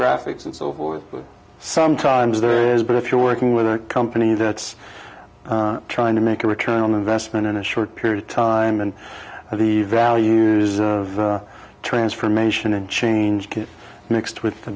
graphics and so forth but sometimes there is but if you're working with our company that's trying to make a return on investment in a short period of time and i believe values of transformation and change get mixed with